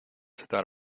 that